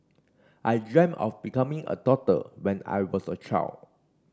I dreamt of becoming a doctor when I was a child